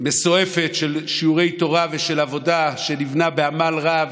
מסועפת של שיעורי תורה ושל עבודה שנבנתה בעמל רב,